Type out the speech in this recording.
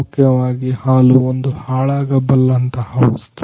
ಮುಖ್ಯವಾಗಿ ಹಾಲು ಒಂದು ಹಾಳಾಗಬಲ್ಲಂತಹ ವಸ್ತು